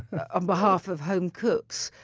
um behalf of home cooks.